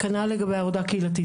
כנ"ל לגבי עבודה קהילתית.